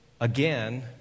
again